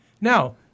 Now